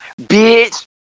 Bitch